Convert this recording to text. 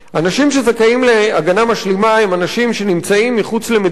אנשים שזכאים להגנה משלימה הם אנשים שנמצאים מחוץ למדינת